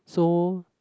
so